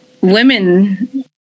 women